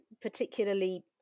particularly